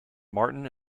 martin